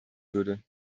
würde